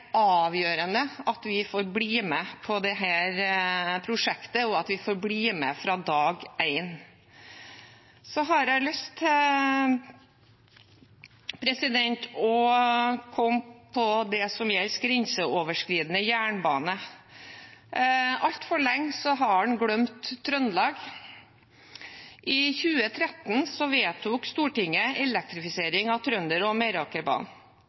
avgjørende at vi får bli med på dette prosjektet, og at vi får bli med fra dag én. Så har jeg lyst til å komme inn på det som gjelder grenseoverskridende jernbane. Altfor lenge har en glemt Trøndelag. I 2013 vedtok Stortinget elektrifisering av Trønderbanen og